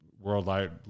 worldwide